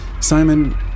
Simon